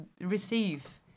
receive